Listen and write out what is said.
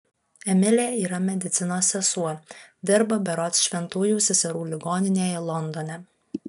emilė yra medicinos sesuo dirba berods šventųjų seserų ligoninėje londone